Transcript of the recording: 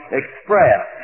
express